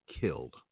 killed